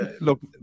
look